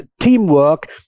teamwork